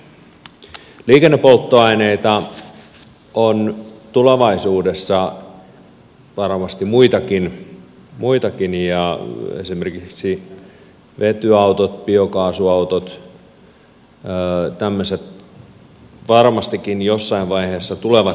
liikennepolttoaineita on tulevaisuudessa varmasti muitakin ja esimerkiksi vetyautot biokaasuautot tämmöiset varmastikin jossain vaiheessa tulevat yleistymään